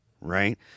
right